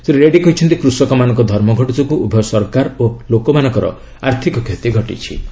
ଶ୍ରୀ ରେଡ୍ରୀ କହିଛନ୍ତି କୃଷକମାନଙ୍କ ଧର୍ମଘଟ ଯୋଗୁଁ ଉଭୟ ସରକାର ଓ ଲୋକମାନଙ୍କର ଆର୍ଥକ କ୍ଷତି ଘଟିଚ୍ଚି